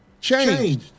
Changed